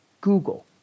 Google